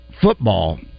football